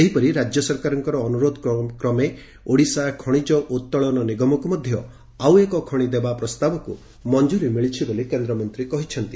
ସେହିପରି ରାଜ୍ୟ ସରକାରଙ୍କର ଅନୁରୋଧକ୍ରମେ ଓଡ଼ିଶା ଖଣିଜ ଉଉୋଳନ ନିଗମକ୍ ମଧ୍ଧ ଆଉ ଏକ ଖଶି ଦେବା ପ୍ରସ୍ତାବକୁ ମଂକୁରୀ ମିଳିଛି ବୋଲି କେନ୍ଦ୍ରମନ୍ତୀ କହିଚ୍ଚନ୍ତି